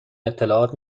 اطلاعات